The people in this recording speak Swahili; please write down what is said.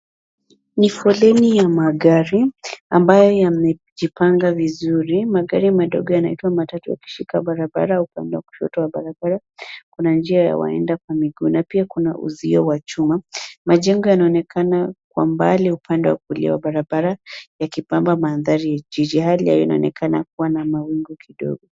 Ni foleni ya magari ambayo yamejipanga vizuri. Magari madogo yanaitwa matatu yakishika barabara upande wa kushoto wa barabara. Kuna njia ya waenda kwa miguu na pia kuna uzio wa chuma. Majengo yanaonekana kwa mbali upande wa kulia wa barabara yakipamba mandhari ya jiji. Hali ya hewa inaonekana kuwa na mawingu kidogo.